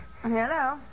Hello